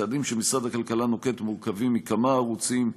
הצעדים שמשרד הכלכלה נוקט מורכבים מכמה ערוצים: